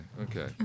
okay